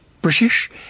British